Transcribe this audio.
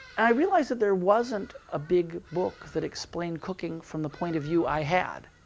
i realized that there wasn't a big book that explained cooking from the point of view i had.